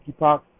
monkeypox